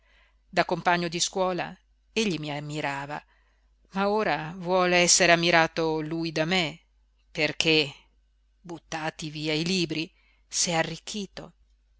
da compagno di scuola egli mi ammirava ma ora vuol essere ammirato lui da me perché buttati via i libri s'è arricchito